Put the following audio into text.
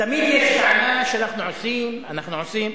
תמיד יש העניין שאנחנו עושים, אנחנו עושים,